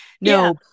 No